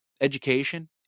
education